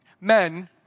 Men